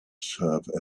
serve